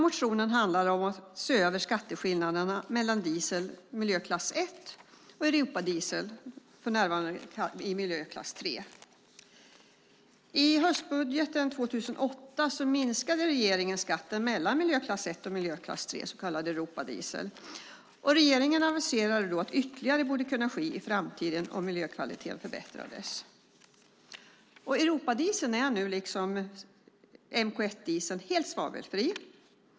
Motionen handlar om att se över skatteskillnaderna mellan diesel miljöklass 1 och Europadiesel, för närvarande i miljöklass 3. I höstbudgeten 2008 minskade regeringen skatten mellan miljöklass 1 och miljöklass 3, så kallat Europadiesel. Regeringen aviserade då att ytterligare borde kunna ske i framtiden om miljökvaliteten förbättrades. Europadieseln är nu, liksom MK1-dieseln, helt svavelfri.